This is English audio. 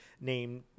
named